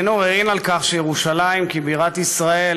אין עוררין על כך שירושלים כבירת ישראל